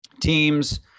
teams